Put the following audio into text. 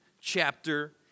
chapter